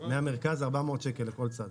מהמרכז 400 שקל לכל כיוון.